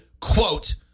quote